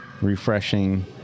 refreshing